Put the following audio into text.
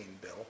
bill